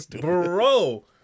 Bro